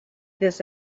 this